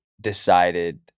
decided